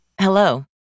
Hello